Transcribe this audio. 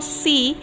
see